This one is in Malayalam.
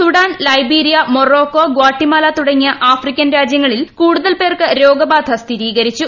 സൂഡാൻ ലൈബീരിയ മൊറോക്കോ ഗ്വാട്ടിമാല തുടങ്ങിയ ആഫ്രിക്കൻ രാജ്യങ്ങളിൽ കൂടുതൽ പേർക്ക് രോഗബാധ സ്ഥിരീകരിച്ചു